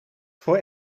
voor